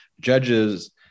judges